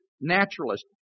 naturalist